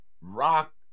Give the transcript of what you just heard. rock